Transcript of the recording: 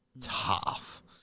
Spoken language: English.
tough